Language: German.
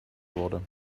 wurde